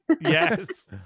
Yes